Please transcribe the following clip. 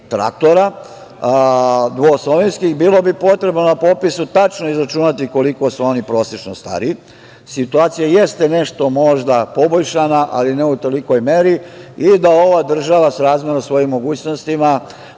traktora, dvoosovinski, bilo bi potrebno na popisu tačno izračunati koliko su oni prosečno stari. Situacija jeste nešto možda poboljšana, ali ne u tolikoj meri i da ova država srazmerno svojim mogućnostima